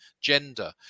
gender